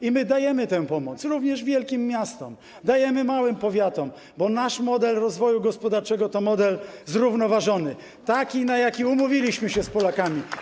I my dajemy tę pomoc, również wielkim miastom, dajemy małym powiatom, bo nasz model rozwoju gospodarczego to model zrównoważony, taki, na jaki umówiliśmy się z Polakami.